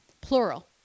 plural